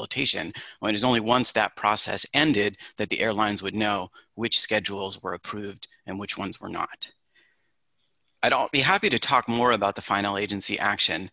facilitation when is only one step process ended that the airlines would know which schedules were approved and which ones were not i don't be happy to talk more about the final agency action